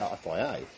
FIA